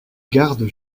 gardes